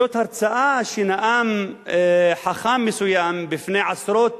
זה הרצאה שנאם חכם מסוים בפני עשרות